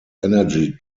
energy